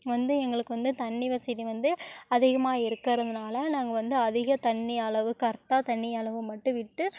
வந்து எங்களுக்கு வந்து தண்ணி வசதி வந்து அதிகமாக இருக்கறதுனால் நாங்கள் வந்து அதிக தண்ணி அளவு கரெக்டாக தண்ணி அளவு மட்டும் விட்டு